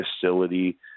facility